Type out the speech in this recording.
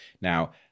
Now